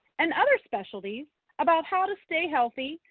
and other specialties about how to stay healthy,